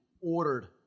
ordered